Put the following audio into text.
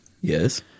Yes